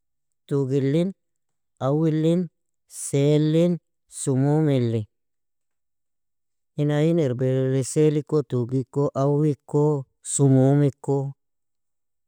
Tugilin, awilin, sealin, sumomili, in ayin irbireli sealiko, tugiko, awiko, sumomiko.